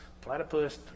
platypus